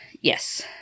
Yes